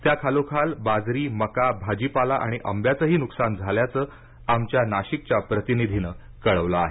त्या खालोखाल बाजरी मका भाजीपाला आणि आंब्याचंही नुकसान झाल्याचं आमच्या नाशिकच्या प्रतिनिधीनं कळवलं आहे